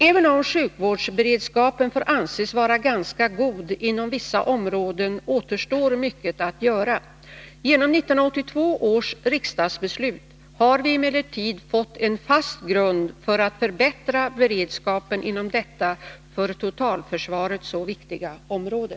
Även om sjukvårdsberedskapen får anses vara ganska god inom vissa områden, återstår mycket att göra. Genom 1982 års riksdagsbeslut har vi emellertid fått en fast grund för att förbättra beredskapen inom detta för totalförsvaret så viktiga område.